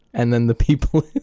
and then the people.